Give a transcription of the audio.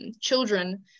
children